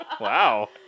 Wow